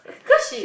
cause she